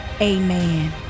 amen